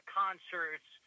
concerts